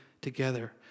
together